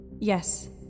Yes